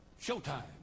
showtime